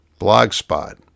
Blogspot